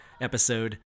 episode